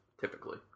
typically